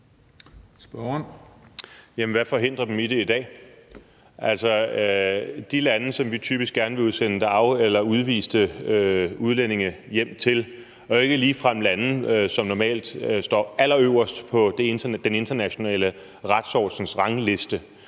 hvad forhindrer dem i det i dag? De lande, som vi typisk gerne vil sende afviste eller udviste udlændinge hjem til, er jo ikke ligefrem lande, som normalt står allerøverst på den internationale retsordens rangliste.